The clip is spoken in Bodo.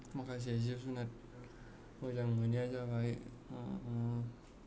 माखासे जिब जुनार मोजां मोननाया जाबाय